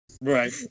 Right